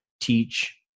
teach